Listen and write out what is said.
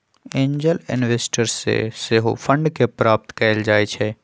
angel investors से सेहो fund के प्राप्त कएल जाइ छइ